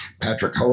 Patrick